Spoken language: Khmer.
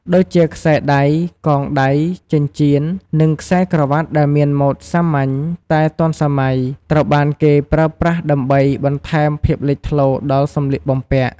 ដូចជា ខ្សែដៃ កងដៃ ចិញ្ចៀន និងខ្សែក្រវ៉ាត់ដែលមានម៉ូដសាមញ្ញ តែទាន់សម័យ ត្រូវបានគេប្រើប្រាស់ដើម្បីបន្ថែមភាពលេចធ្លោដល់សម្លៀកបំពាក់។